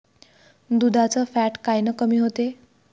दुधाचं फॅट कायनं कमी होते?